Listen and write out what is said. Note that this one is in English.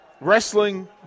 Wrestling